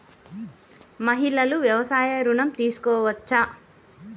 మహిళలు వ్యవసాయ ఋణం తీసుకోవచ్చా?